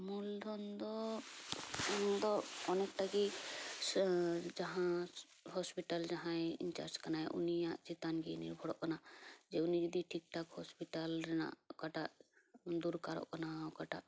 ᱢᱩᱞᱫᱷᱚᱱ ᱫᱚ ᱚᱱᱟ ᱫᱚ ᱚᱱᱮᱠ ᱴᱟ ᱜᱤ ᱥᱮ ᱡᱟᱦᱟᱸ ᱦᱳᱥᱯᱤᱴᱟᱞ ᱡᱟᱦᱟᱸᱭ ᱤᱱᱪᱟᱨᱡᱽ ᱠᱟᱱᱟᱭ ᱩᱱᱤᱭᱟᱜ ᱪᱮᱛᱟᱱ ᱜᱮ ᱱᱤᱨᱵᱷᱚᱨᱚᱜ ᱠᱟᱱᱟ ᱡᱮ ᱩᱱᱤ ᱡᱩᱫᱤ ᱴᱷᱤᱠ ᱴᱷᱟᱠ ᱦᱳᱥᱯᱤᱴᱟᱞ ᱨᱮᱱᱟᱜ ᱚᱠᱟᱴᱟᱜ ᱫᱚᱨᱠᱟᱨᱚᱜ ᱠᱟᱱᱟ ᱚᱠᱟᱴᱟᱜ